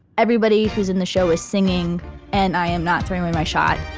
everybody who's in the show is singing and i am not throwing away my shot.